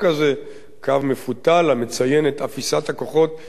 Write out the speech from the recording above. קו מפותל המציין את אפיסת הכוחות של הצבאות,